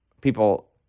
people